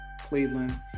Cleveland